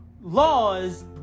laws